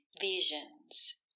visions